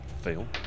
Fail